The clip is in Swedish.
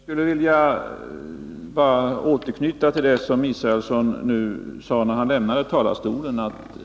Herr talman! Jag skulle vilja återknyta till det Per Israelsson sade just innan han lämnade talarstolen.